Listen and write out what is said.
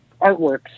artworks